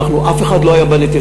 אף אחד לא היה בנתיחה.